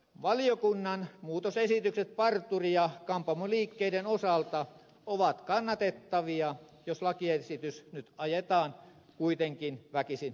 valiokunnan muutosesitykset parturi ja kampaamoliikkeiden osalta ovat kannatettavia jos lakiesitys nyt ajetaan kuitenkin väkisin lävitse